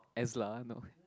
S lah no